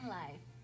life